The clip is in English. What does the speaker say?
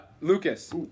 Lucas